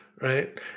right